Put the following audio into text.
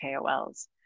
KOLs